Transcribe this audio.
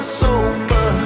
sober